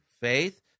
faith